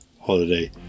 holiday